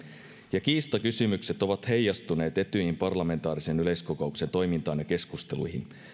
ja kiistakysymykset ovat heijastuneet etyjin parlamentaarisen yleiskokouksen toimintaan ja keskusteluihin